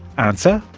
answer?